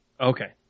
Okay